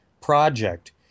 project